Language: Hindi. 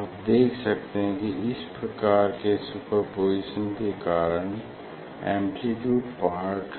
आप देख सकते हैं इस प्रकार के सुपरपोज़िशन के कारण एम्प्लीट्यूड पार्ट